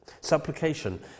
Supplication